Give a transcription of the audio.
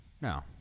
No